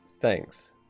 Thanks